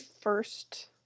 first